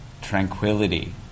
tranquility